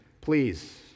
Please